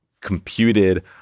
computed